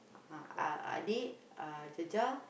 ah uh adik uh Jajah